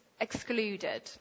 excluded